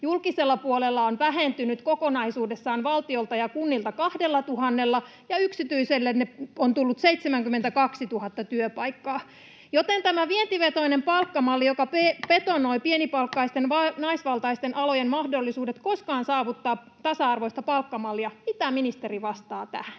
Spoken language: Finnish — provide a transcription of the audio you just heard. julkisella puolella työpaikkoja on vähentynyt kokonaisuudessaan valtiolta ja kunnilta 2 000:lla ja yksityiselle on tullut 72 000 työpaikkaa. Eli tämä vientivetoinen palkkamalli betonoi pienipalkkaisten, naisvaltaisten alojen mahdollisuudet koskaan saavuttaa tasa-arvoista palkkamallia. Mitä ministeri vastaa tähän?